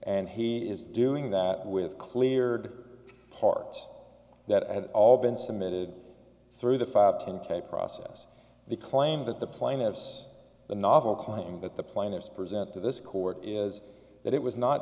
and he is doing that with cleared parts that had all been submitted through the five ten k process the claim that the plaintiffs the novel claim that the plaintiffs present to this court is that it was not